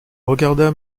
regarda